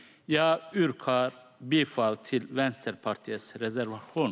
Jag yrkar bifall till Vänsterpartiets reservation.